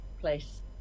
place